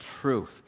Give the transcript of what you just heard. truth